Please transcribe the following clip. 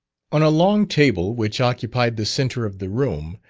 on a long table which occupied the centre of the room,